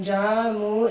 Jamu